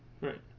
Right